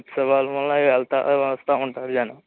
ఉత్సావాలు వల్ల వెళ్తూ వస్తూ ఉంటారు జనం